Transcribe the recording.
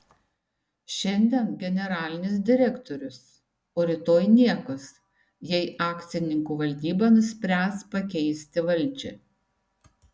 šiandien generalinis direktorius o rytoj niekas jei akcininkų valdyba nuspręs pakeisti valdžią